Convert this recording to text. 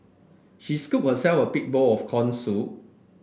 she scooped herself a big bowl of corn soup